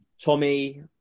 Tommy